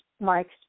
Mike